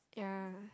yeah